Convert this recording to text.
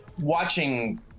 watching